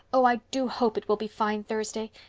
oh, i do hope it will be fine thursday,